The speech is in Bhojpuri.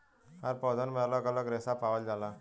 हर पौधन में अलग अलग रेसा पावल जाला